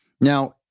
Now